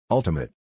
Ultimate